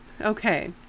Okay